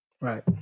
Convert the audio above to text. Right